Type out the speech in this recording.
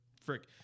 frick